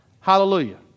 Hallelujah